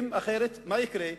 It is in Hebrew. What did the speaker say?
אחרת מה יקרה?